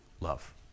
love